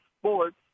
sports